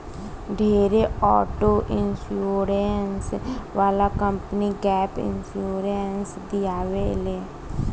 ढेरे auto insurance वाला company gap insurance दियावे ले